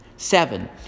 Seven